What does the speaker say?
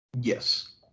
Yes